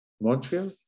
Montreal